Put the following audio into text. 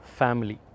family